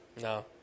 No